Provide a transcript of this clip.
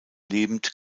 lebend